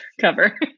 cover